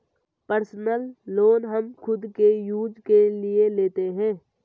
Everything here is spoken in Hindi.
पर्सनल लोन हम खुद के यूज के लिए लेते है